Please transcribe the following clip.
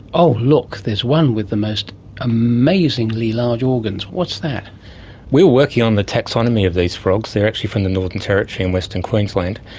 oh look, there's one with the most amazingly large organs. what's that? we were working on the taxonomy of these frogs. they're actually from the northern territory in western queensland,